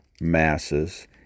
Masses